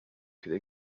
could